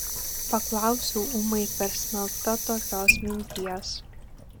paklausiau ūmai persmelkta tokios minties